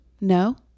No